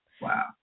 Wow